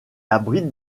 abrite